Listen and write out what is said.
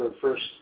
first